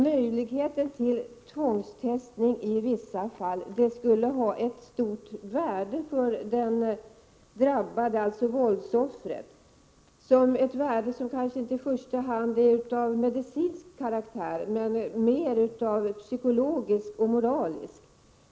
Möjligheten till tvångstestning i vissa fall skulle ha ett stort värde för den drabbade, dvs. våldsoffret. Värdet kanske inte i första hand är av medicinsk karaktär utan mer av psykologisk och moralisk karaktär.